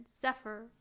zephyr